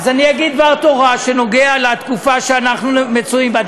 אני אגיד דבר תורה שנוגע בתקופה שאנחנו נמצאים בה.